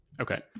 Okay